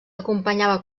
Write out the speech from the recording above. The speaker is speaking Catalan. acompanyava